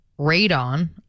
Radon